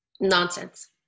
Nonsense